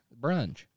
brunch